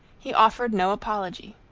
he offered no apology.